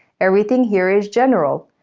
everything here is general.